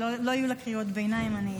לא יהיו לה קריאות ביניים.